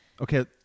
Okay